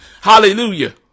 Hallelujah